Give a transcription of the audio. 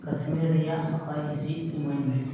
ᱠᱟᱥᱢᱤᱨ ᱨᱮᱭᱟᱜ ᱦᱚᱭ ᱦᱤᱸᱥᱤᱫ ᱮᱢᱟᱹᱧᱢᱮ